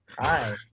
Hi